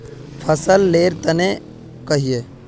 फसल लेर तने कहिए?